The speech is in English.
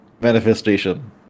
manifestation